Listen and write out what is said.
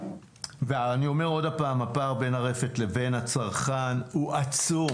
הפער בין הרפת לבין הצרכן הוא עצום.